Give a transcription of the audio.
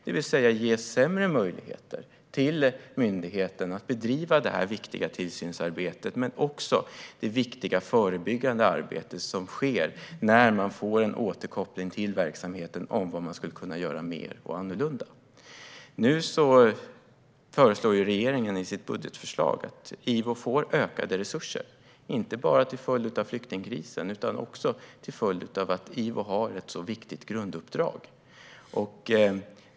Myndigheten skulle alltså ges sämre möjligheter att bedriva detta viktiga tillsynsarbete och det viktiga förebyggande arbete som sker när verksamheten får en återkoppling om vad man skulle kunna göra mer och annorlunda. Nu föreslår ju regeringen i sitt budgetförslag att IVO får ökade resurser, inte bara till följd av flyktingkrisen utan också till följd av att IVO har ett sådant viktigt grunduppdrag.